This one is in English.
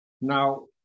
now